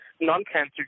non-cancer